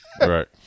Right